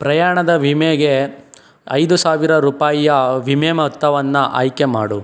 ಪ್ರಯಾಣದ ವಿಮೆಗೆ ಐದು ಸಾವಿರ ರುಪಾಯಿಯ ವಿಮೆ ಮೊತ್ತವನ್ನ ಆಯ್ಕೆ ಮಾಡು